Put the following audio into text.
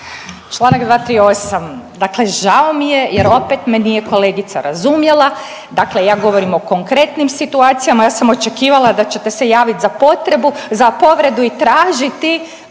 Čl. 238., dakle žao mi je jer opet me nije kolegica razumjela, dakle ja govorim o konkretnim situacijama, ja sam očekivala da ćete se javit za potrebu, za povredu i tražiti